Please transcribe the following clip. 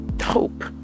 hope